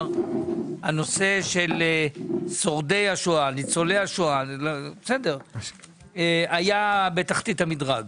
שהנושא של שורדי השואה וניצולי השואה היה בתחתית המדרג.